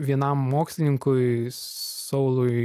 vienam mokslininkui saului